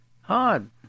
hard